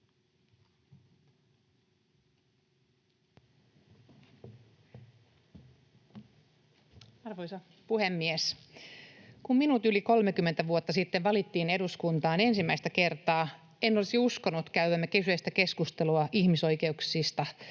Arvoisa puhemies! Kun minut yli 30 vuotta sitten valittiin eduskuntaan ensimmäistä kertaa, en olisi uskonut käyvämme kyseistä keskustelua ihmisoikeuksista